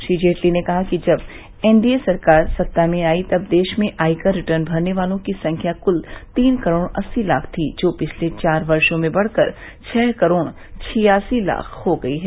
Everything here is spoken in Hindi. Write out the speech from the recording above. श्री जेटली ने कहा कि जब एनढीए सरकार सत्ता में आई तब देश में आयकर रिटर्न भरने वालों की संख्या कल तीन करोड़ अस्सी लाख थी जो पिछले चार वर्षो में बढ़ कर छह करोड़ छियासी लाख हो गई है